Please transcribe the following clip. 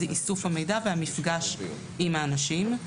הוא איסוף המידע והמפגש עם האנשים.